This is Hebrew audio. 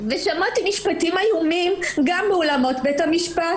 שמעתי משפטים איומים גם באולמות בית המשפט.